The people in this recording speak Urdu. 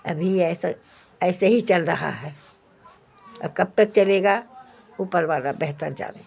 ابھی ایسا ایسے ہی چل رہا ہے اب کب تک چلے گا اوپر والا بہتر جانے